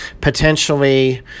potentially